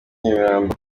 nyamirambo